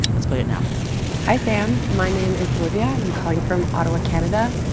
let's play it now hi, sam. my name is olivia, and i'm calling from ottawa, canada.